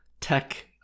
tech